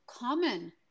common